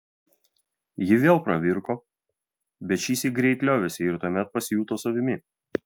ji vėl pravirko bet šįsyk greit liovėsi ir tuomet pasijuto savimi